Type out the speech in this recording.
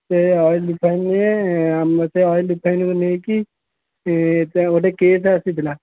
ସେ oil define ସେ oil define ନେଇକି ଗୋଟେ ଆସିଥିଲା